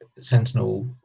Sentinel